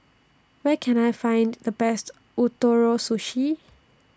Where Can I Find The Best Ootoro Sushi